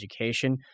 education